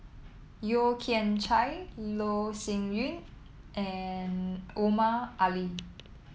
Yeo Kian Chye Loh Sin Yun and Omar Ali